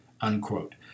unquote